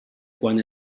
quan